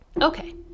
Okay